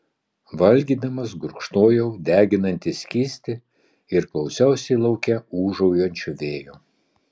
valgydamas gurkšnojau deginantį skystį ir klausiausi lauke ūžaujančio vėjo